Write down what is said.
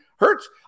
Hurts